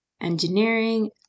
engineering